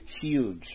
huge